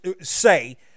say